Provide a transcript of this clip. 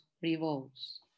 revolves